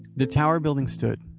the tower building stood,